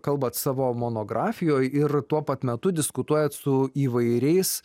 kalbat savo monografijoj ir tuo pat metu diskutuojat su įvairiais